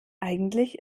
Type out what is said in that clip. eigentlich